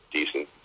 decent